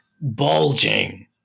bulging